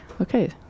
Okay